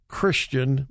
Christian